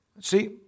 See